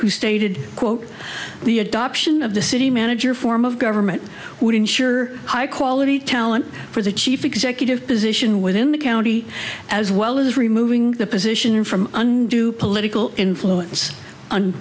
who stated quote the adoption of the city manager form of government would ensure high quality talent for the chief executive position within the county as well as removing the position from undue political influence on